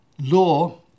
law